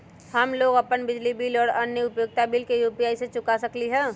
हम लोग अपन बिजली बिल और अन्य उपयोगिता बिल यू.पी.आई से चुका सकिली ह